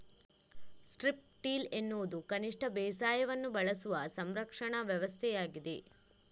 strip till ಎನ್ನುವುದು ಕನಿಷ್ಟ ಬೇಸಾಯವನ್ನು ಬಳಸುವ ಸಂರಕ್ಷಣಾ ವ್ಯವಸ್ಥೆಯಾಗಿದೆ